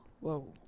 whoa